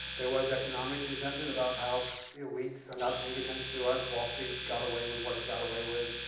there was economic resentment about how the elites are not paying attention to us. wall street got away with what it got away with.